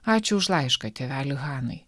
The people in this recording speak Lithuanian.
ačiū už laišką tėveli hanai